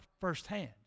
firsthand